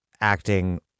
acting